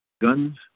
guns